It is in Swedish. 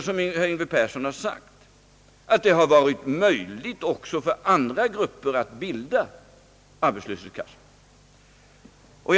Som herr Yngve Persson har sagt har det ju ändå varit möjligt också för andra grupper att bilda arbetslöshetskassor.